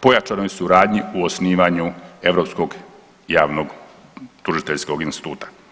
pojačanoj suradnji u osnivanju europskoj javnog tužiteljskog instituta.